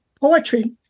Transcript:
poetry